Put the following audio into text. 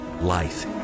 life